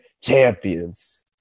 champions